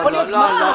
לקבוע,